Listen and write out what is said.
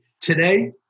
today